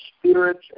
spirits